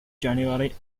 january